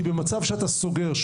כי במצב שאתה סוגר,